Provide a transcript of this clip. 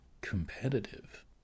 competitive